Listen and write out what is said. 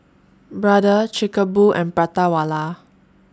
Brother Chic A Boo and Prata Wala